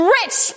rich